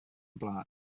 oblaen